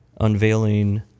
unveiling